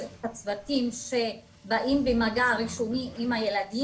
את הצוותים שבאים במגע ראשוני עם הילדים.